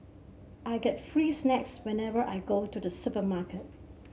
I get free snacks whenever I go to the supermarket